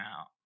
out